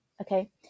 okay